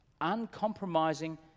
uncompromising